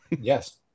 Yes